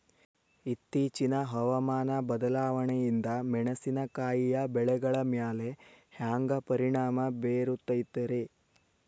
ಇತ್ತೇಚಿನ ಹವಾಮಾನ ಬದಲಾವಣೆಯಿಂದ ಮೆಣಸಿನಕಾಯಿಯ ಬೆಳೆಗಳ ಮ್ಯಾಲೆ ಹ್ಯಾಂಗ ಪರಿಣಾಮ ಬೇರುತ್ತೈತರೇ?